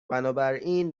بنابراین